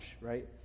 right